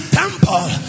temple